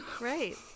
Right